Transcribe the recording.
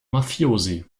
mafiosi